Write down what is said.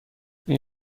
این